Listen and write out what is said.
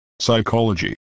Psychology